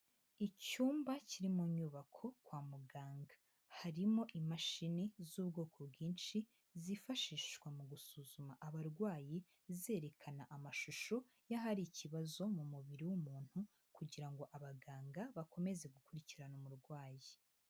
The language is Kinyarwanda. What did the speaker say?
Icyumba kiri mu nyubako kwa muganga, harimo imashini z'ubwoko bwinshi zifashishwa mu gusuzuma abarwayi zerekana amashusho y'ahari ikibazo mu mubiri w'umuntu, kugira ngo abaganga bakomeze gukurikirana umurwayi.